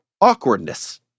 Awkwardness